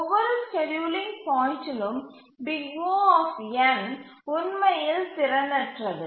ஒவ்வொரு ஸ்கேட்யூலிங் பாயிண்ட்டிலும் O உண்மையில் திறனற்றது